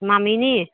মামী নি